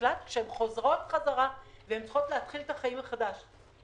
ממקלט כשהן חוזרות חזרה והן צריכות להתחיל את החיים מחדש.